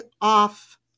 off